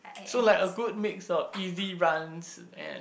so like a good mix of E_V runs and